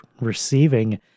receiving